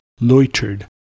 Loitered